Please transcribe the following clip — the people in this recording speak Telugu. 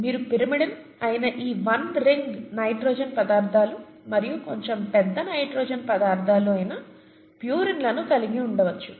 మీరు పిరిమిడిన్ అయిన ఈ వన్ రింగ్ నైట్రోజన్ పదార్థాలు మరియు కొంచెం పెద్ద నైట్రోజన్ పదార్థాలు అయిన ప్యూరిన్లను కలిగి ఉండవచ్చు